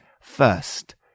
First